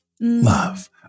Love